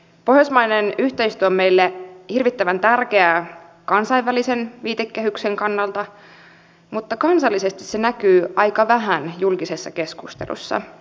pohjoismainen yhteistyö on meille hirvittävän tärkeää kansainvälisen viitekehyksen kannalta mutta kansallisesti se näkyy aika vähän julkisessa keskustelussa